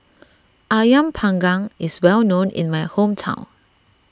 Ayam Panggang is well known in my hometown